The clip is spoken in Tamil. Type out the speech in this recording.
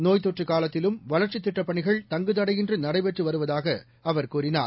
நோய் தொற்றுகாலத்திலும் வளர்ச்சித் திட்டப்பணிகள் தங்குதடையின்றிநடைபெற்றுவருவதாகஅவர் கூறினார்